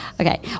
Okay